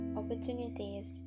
opportunities